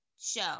show